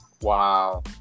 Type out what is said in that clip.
Wow